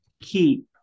keep